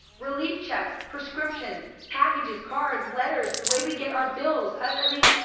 relief checks, prescriptions, packages, cards, letters, the way we get our bills. i mean,